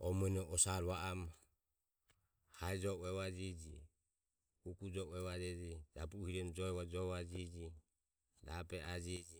O muene osare va o romo hae joe uevajeje kuku joe uevajeje jabu o hiromo joe jovajeje rabe ajeje